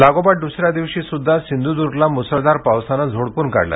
लागोपाठ दुसऱ्या दिवशी सुद्धा सिंधुदुर्गला मुसळधार पावसाने झोडपून काढलं